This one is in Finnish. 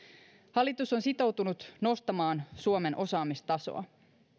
hallitus on sitoutunut nostamaan suomen osaamistasoa